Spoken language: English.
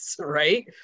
right